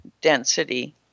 density